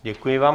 Děkuji vám.